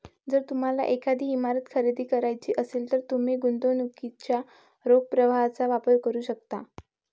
जर तुम्हाला एखादी इमारत खरेदी करायची असेल, तर तुम्ही गुंतवणुकीच्या रोख प्रवाहाचा वापर करू शकता